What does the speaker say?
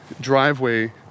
driveway